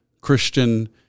christian